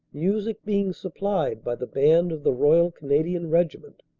music being supplied by the band of the royal canadian regiment.